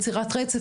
יצירת רצף,